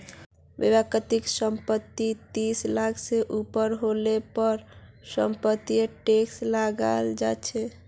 व्यक्तिगत संपत्ति तीस लाख से ऊपर हले पर समपत्तिर टैक्स लियाल जा छे